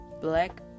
black